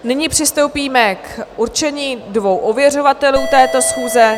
Nyní přistoupíme k určení dvou ověřovatelů této schůze.